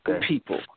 people